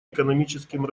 экономическим